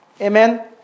Amen